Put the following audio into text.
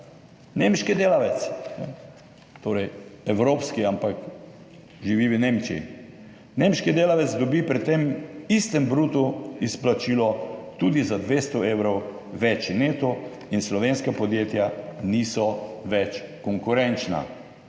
Nemški delavec, torej evropski, ampak živi v Nemčiji, dobi pri tem istem bruto izplačilu tudi za 200 evrov več neto in slovenska podjetja niso več konkurenčna.